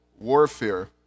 warfare